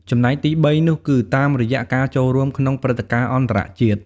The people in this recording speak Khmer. ចំណែកទីបីនោះគឺ តាមរយៈការចូលរួមក្នុងព្រឹត្តិការណ៍អន្តរជាតិ។